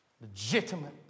legitimate